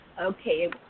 Okay